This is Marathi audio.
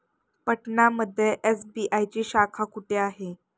पटना मध्ये एस.बी.आय ची शाखा कुठे आहे?